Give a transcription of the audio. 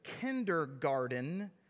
kindergarten